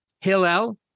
Hillel